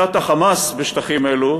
שליטת ה"חמאס" בשטחים אלו,